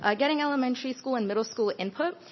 ah getting elementary school and middle school input,